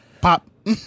pop